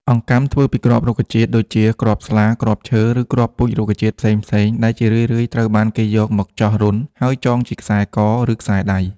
អង្កាំធ្វើពីគ្រាប់រុក្ខជាតិ ដូចជាគ្រាប់ស្លា គ្រាប់ឈើ ឬគ្រាប់ពូជរុក្ខជាតិផ្សេងៗ ដែលជារឿយៗត្រូវបានគេយកមកចោះរន្ធ ហើយចងជាខ្សែក ឬខ្សែដៃ។